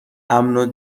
امن